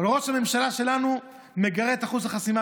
אבל ראש הממשלה שלנו מגרד את אחוז החסימה